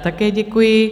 Také děkuji.